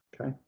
Okay